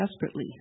desperately